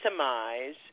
maximize